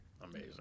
amazing